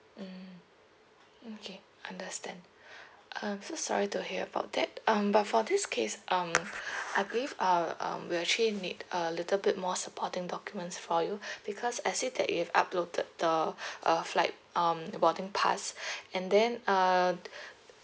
mm okay understand I'm so sorry to hear about that um but for this case um I believe uh um we actually need a little bit more supporting documents for you because I see that you've uploaded the uh flight um the boarding pass and then uh